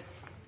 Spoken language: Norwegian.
Det